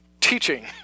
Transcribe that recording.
teaching